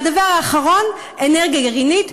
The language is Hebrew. והדבר האחרון, אנרגיה גרעינית.